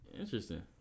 Interesting